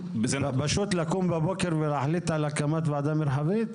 זה פשוט לקום בבוקר ולהחליט על הקמת ועדה מרחבית?